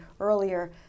earlier